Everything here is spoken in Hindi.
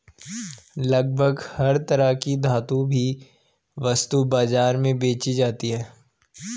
लगभग हर तरह की धातु भी वस्तु बाजार में बेंची जाती है